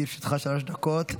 עטאונה, לרשותך שלוש דקות.